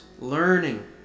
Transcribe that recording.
learning